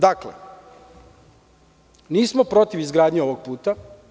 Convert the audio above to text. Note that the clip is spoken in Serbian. Dakle, nismo protiv izgradnje ovog puta.